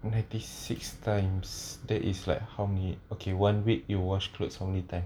and it six times that is like harmony okay one week you wash clothes from many time